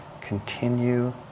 continue